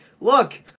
look